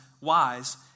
wise